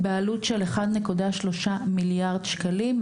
בעלות של 1.3 מיליארד שקלים.